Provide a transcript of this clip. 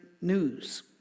news